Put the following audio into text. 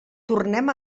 tornem